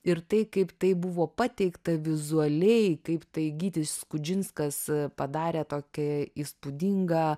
ir tai kaip tai buvo pateikta vizualiai kaip tai gytis skudžinskas padarė tokią įspūdingą